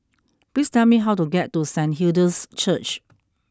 please tell me how to get to Saint Hilda's Church